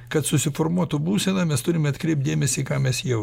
kad susiformuotų būsena mes turime atkreipti dėmesį ką mes jau